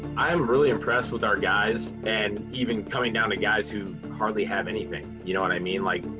i'm really impressed with our guys and even coming down to guys who hardly have anything. you know what i mean? like,